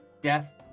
death